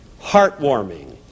Heartwarming